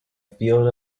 field